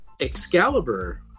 Excalibur